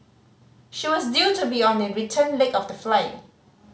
she was due to be on the return leg of the flight